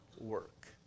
work